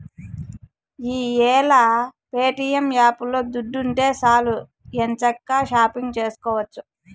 ఈ యేల ప్యేటియం యాపులో దుడ్డుంటే సాలు ఎంచక్కా షాపింగు సేసుకోవచ్చు